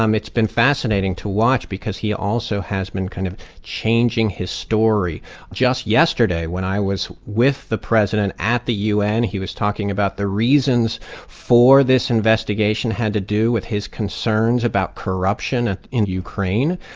um it's been fascinating to watch because he also has been kind of changing his story just yesterday, when i was with the president at the u n, he was talking about the reasons for this investigation had to do with his concerns about corruption in ukraine.